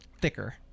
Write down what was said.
Thicker